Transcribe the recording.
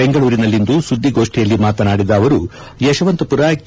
ಬೆಂಗಳೂರಿನಲ್ಲಿಂದು ಸುದ್ದಿಗೋಷ್ಠಿಯಲ್ಲಿ ಮಾತನಾಡಿದ ಅವರು ಯಶವಂತಮರ ಕೆ